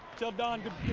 tell don good